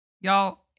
Y'all